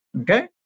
Okay